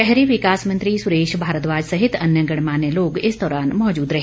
शहरी विकास मंत्री सुरेश भारद्वाज सहित अन्य गणमान्य लोग इस दौरान मौजूद रहे